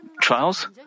trials